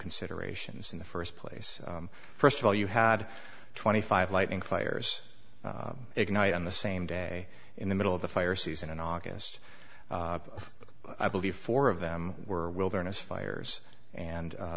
considerations in the first place first of all you had twenty five lighting fires ignite on the same day in the middle of the fire season in august i believe four of them were wilderness fires and